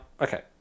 okay